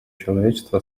человечество